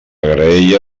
graella